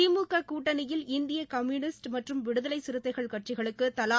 திமுக கூட்டணியில் இந்திய கம்யூனிஸ்ட் மற்றும் விடுதலை சிறுத்தைகள் கட்சிகளுக்கு தலா